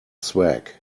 swag